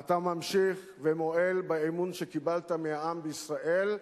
אתה ממשיך ומועל באמון שקיבלת מהעם בישראל,